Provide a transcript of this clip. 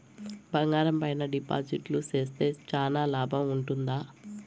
బంగారం పైన డిపాజిట్లు సేస్తే చానా లాభం ఉంటుందా?